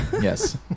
Yes